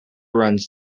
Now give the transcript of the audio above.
runs